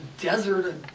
desert